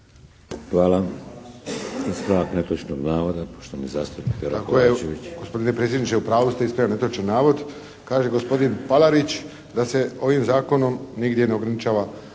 Hvala. Ispravak netočnog navoda, poštovani zastupnik Pero Kovačević.